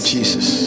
Jesus